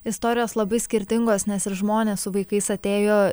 istorijos labai skirtingos nes ir žmonės su vaikais atėjo